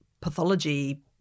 pathology